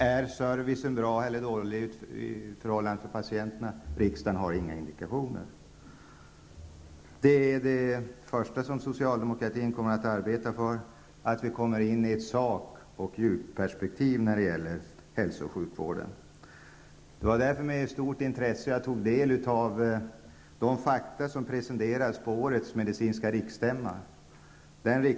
Är servicen bra eller dålig i förhållande till patienterna? Riksdagen har inga indikationer. Det första som socialdemokratin kommer att arbeta för är att få ett sak och djupperspektiv när det gäller hälso och sjukvården. Det var därför med stort intresse som jag tog del av de fakta som presenterades på årets medicinska riksstämma.